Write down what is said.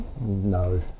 No